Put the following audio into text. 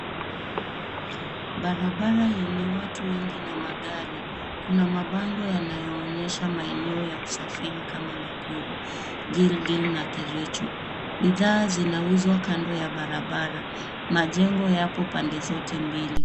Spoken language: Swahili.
Barabara yenye watu wengi na magari, kuna mabango yanayoonyesha maeneo ya usafiri kama Nakuru, Gilgil, na Kericho. Bidhaa zinauzwa kando ya barabara. Majengo yapo pande zote mbili.